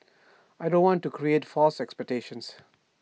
I don't want to create false expectations